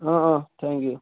অঁ অঁ thank U